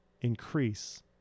increase